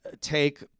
take